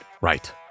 Right